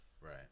Right